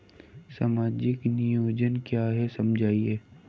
सामाजिक नियोजन क्या है समझाइए?